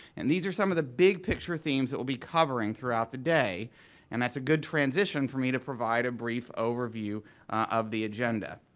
and these are some of the big picture things will be covering throughout the day and that's a good transition for me to provide a brief overview of the agenda.